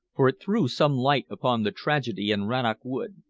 for it threw some light upon the tragedy in rannoch wood.